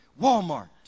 Walmart